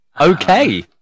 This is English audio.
Okay